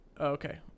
okay